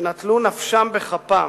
שנטלו נפשם בכפם,